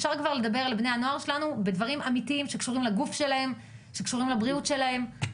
אפשר לדבר לבני הנוער שלנו בדברים אמיתיים שקשורים לגוף ולבריאות שלהם.